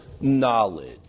knowledge